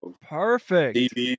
Perfect